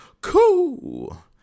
Cool